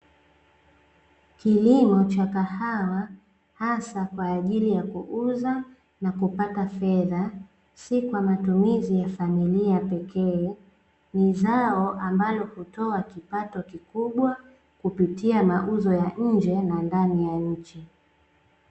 Kilimo cha kahawa hasa kwa ajili ya kuuza na kupata fedha si kwa matumizi ya familia pekee, ni zao ambalo hutoa kipato kikubwa kupitia mauzo ya nje na ndani ya nchi .